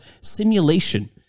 simulation